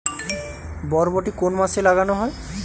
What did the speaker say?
বরবটি কোন মাসে লাগানো হয়?